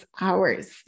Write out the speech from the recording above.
hours